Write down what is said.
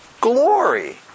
glory